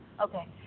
Okay